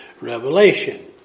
revelation